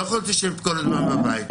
לא יכולתי להשאיר את כל הדברים בבית.